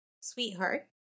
sweetheart